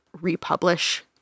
republish